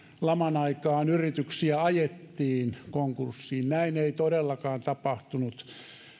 laman aikaan yrityksiä ajettiin konkurssiin näin ei todellakaan tapahtunut